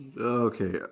Okay